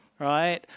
right